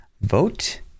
vote